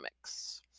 mix